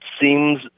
seems